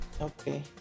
okay